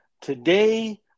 today